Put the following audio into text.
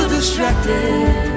distracted